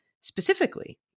specifically